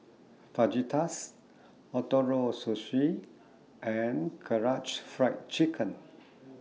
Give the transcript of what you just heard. Fajitas Ootoro Sushi and Karaage Fried Chicken